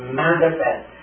manifest